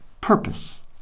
purpose